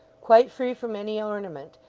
quite free from any ornament,